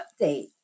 update